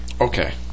Okay